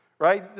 Right